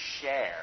share